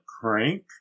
crank